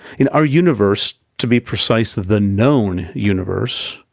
you know, our universe to be precise, the known universe,